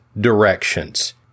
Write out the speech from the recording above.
directions